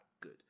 good